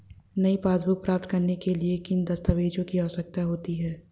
नई पासबुक प्राप्त करने के लिए किन दस्तावेज़ों की आवश्यकता होती है?